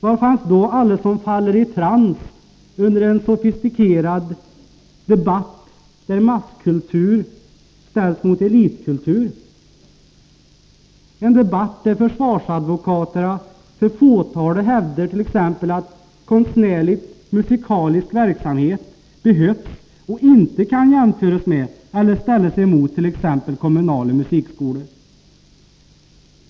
Var fanns då alla som faller i trance under en sofistikerad debatt där masskultur ställs mot elitkultur? I en sådan debatt hävdar försvarsadvokaterna för fåtalet t.ex. att kostnärligt musikalisk verksamhet behövs och inte kan jämföras med eller ställas emot t.ex. kommunala musikskolor.